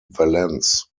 valence